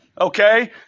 Okay